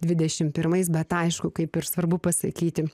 dvidešimt pirmais bet aišku kaip ir svarbu pasakyti